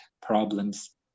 problems